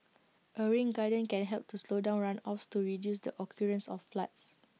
A rain garden can help to slow down runoffs to reduce the occurrence of floods